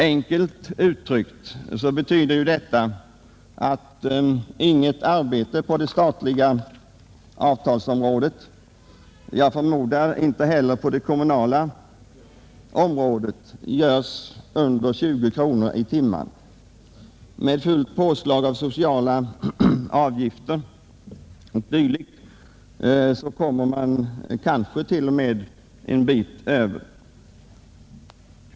Enkelt uttryckt betyder ju detta att inte något arbete på det statliga avtalsområdet — jag förmodar inte heller på det kommunala området — görs under 20 kronor per timme. Med fullt påslag av sociala avgifter o.d. kommer man kanske t.o.m. en bit däröver.